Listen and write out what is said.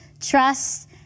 trust